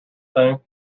thing